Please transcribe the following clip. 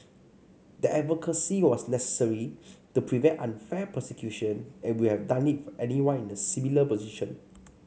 the advocacy was necessary to prevent unfair persecution and we have done it for anyone in a similar position